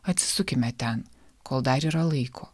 atsisukime ten kol dar yra laiko